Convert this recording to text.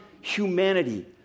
humanity